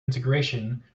integration